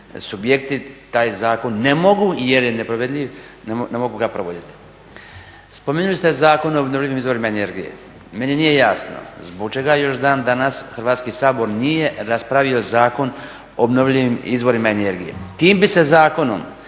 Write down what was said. subjekti taj zakon ne mogu jer je neprovediv, ne mogu ga provoditi. Spomenuli ste Zakon o obnovljivim izvorima energije. Meni nije jasno zbog čega još dan danas Hrvatski sabor nije raspravio Zakon o obnovljivim izvorima energije. Tim bi se zakonom